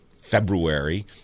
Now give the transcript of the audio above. February